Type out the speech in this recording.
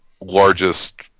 largest